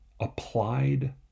applied